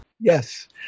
Yes